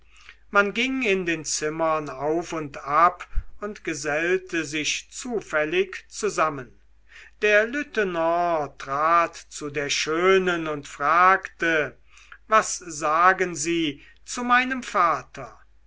man ging in den zimmern auf und ab und gesellte sich zufällig zusammen der lieutenant trat zu der schönen und fragte was sagen sie zu meinem vater